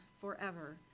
forever